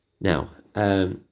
Now